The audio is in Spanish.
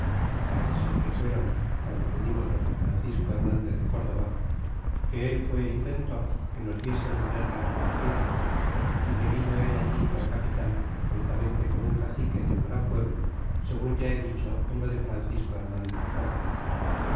parece ser que fueron guando venimos los de francisco hernandez de córdova que él fué inventor que nos diesen la guerra que nos dieron e que vino el allí por capitan juntamente con un cacique de un gran pueblo segun ya he dicho en lo de francisco hernandez de córdova